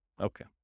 Okay